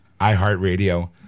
iHeartRadio